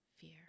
Fear